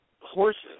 horses